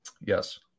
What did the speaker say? Yes